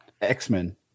X-Men